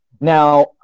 Now